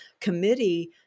committee